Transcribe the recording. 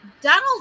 Donald